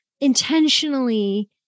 intentionally